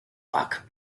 block